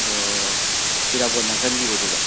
ꯑꯣ ꯏꯔꯥꯕꯣꯠ ꯅꯥꯀꯟꯒꯤ ꯑꯣꯏꯗꯣꯏꯕ